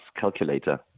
calculator